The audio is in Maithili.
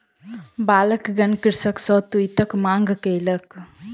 बालकगण कृषक सॅ तूईतक मांग कयलक